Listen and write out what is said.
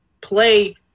play